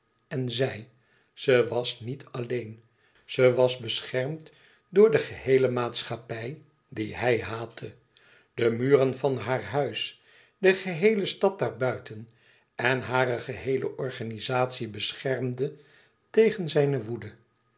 en zij ze was niet alleen ze was beschermd door de geheele maatschappij die hij haatte de muren van haar huis de geheele stad daarbuiten en hare geheele organizatie beschermden tegen zijne woede